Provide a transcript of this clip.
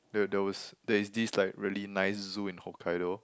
there there was there it's this like really nice zoo in Hokkaido